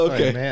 Okay